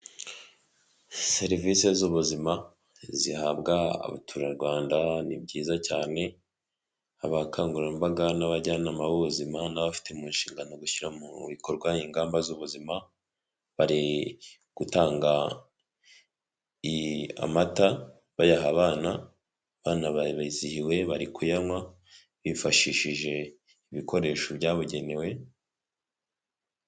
Serivisi z'ubuzima zihabwa abaturarwanda ni byiza cyane, abakangurambaga n'abajyanama b'ubuzima n'abafite mu nshingano gushyira mu bikorwa ingamba z'ubuzima, bari gutanga amata bayaha abana, abana bizihiwe bari kuyanywa bifashishije ibikoresho byabugenewe.